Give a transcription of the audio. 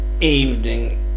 evening